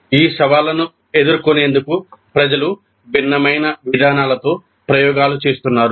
ఈ సవాళ్లను ఎదుర్కొనేందుకు ప్రజలు భిన్నమైన విధానాలతో ప్రయోగాలు చేస్తున్నారు